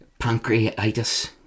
pancreatitis